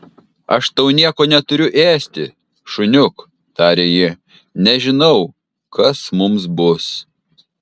aš tau nieko neturiu ėsti šuniuk tarė ji nežinau kas mums bus